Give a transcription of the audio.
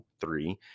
three